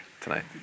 tonight